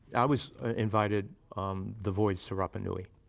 i was invited on the voyage to rapa nui.